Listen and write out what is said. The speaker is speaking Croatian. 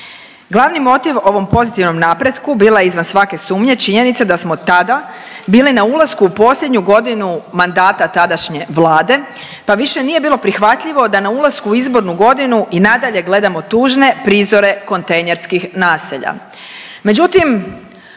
Glavni motiv ovom pozitivnom napretku bila je izvan svake sumnje činjenica da smo tada bili na ulasku u posljednju godinu mandata tadašnje Vlade, pa više nije bilo prihvatljivo da na ulasku u izbornu godinu i nadalje gledamo tužne prizore kontejnerskih naselja.